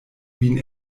vin